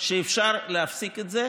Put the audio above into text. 100% שאפשר להפסיק את זה,